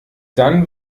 dann